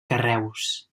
carreus